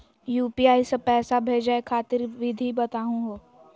UPI स पैसा भेजै खातिर विधि बताहु हो?